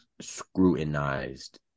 scrutinized